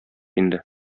инде